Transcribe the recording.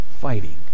fighting